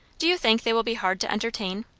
do you think they will be hard to entertain?